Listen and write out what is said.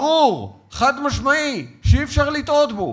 ברור, חד-משמעי, שאי-אפשר לטעות בו,